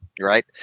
Right